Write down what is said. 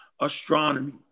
astronomy